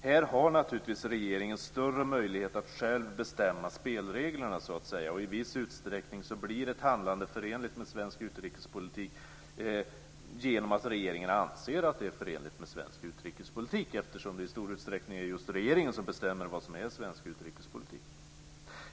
Här har regeringen naturligtvis större möjlighet att själv bestämma spelreglerna, och i viss utsträckning blir ett handlande förenligt med svensk utrikespolitik genom att regeringen anser att det är förenligt med svensk utrikespolitik, eftersom det i stor utsträckning just är regeringen som bestämmer vad som är svensk utrikespolitik.